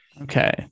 Okay